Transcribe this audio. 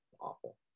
Awful